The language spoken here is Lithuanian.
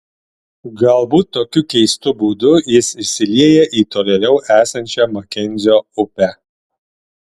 galbūt tokiu keistu būdu jis išsilieja į tolėliau esančią makenzio upę